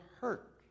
hurt